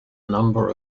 number